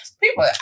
People